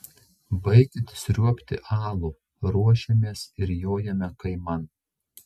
baikit sriuobti alų ruošiamės ir jojame kaiman